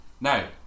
Now